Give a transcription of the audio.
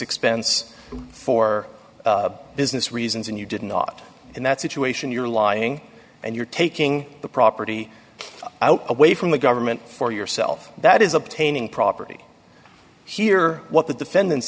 expense for business reasons and you did not in that situation you're lying and you're taking the property out away from the government for yourself that is obtaining property here what the defendant